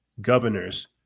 governors